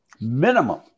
Minimum